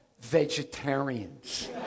vegetarians